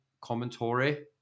commentary